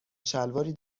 شلواری